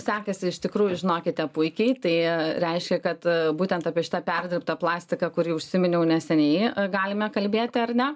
sekasi iš tikrųjų žinokite puikiai tai reiškia kad būtent apie šitą perdirbtą plastiką kurį užsiminiau neseniai galime kalbėti ar ne